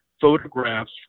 photographs